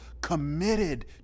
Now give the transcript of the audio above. committed